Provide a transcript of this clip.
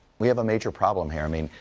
we have a major problem here. i mean,